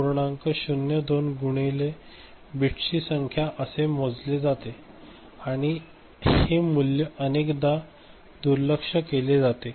०२ गुणिले बिट्सची संख्या असे मोजले जाते आणि हे मूल्य अनेकदा दुर्लक्ष केले जाते